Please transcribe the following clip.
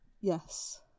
Yes